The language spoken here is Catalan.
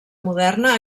moderna